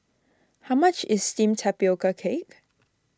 how much is Steamed Tapioca Cake